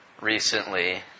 recently